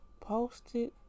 posted